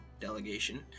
delegation